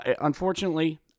unfortunately